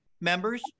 members